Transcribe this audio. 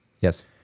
Yes